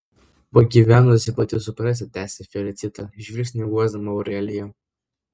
pagyvenusi pati suprasi tęsė felicita žvilgsniu guosdama aureliją